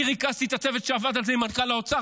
אני ריכזתי את הצוות שעבד על זה עם מנכ"ל האוצר,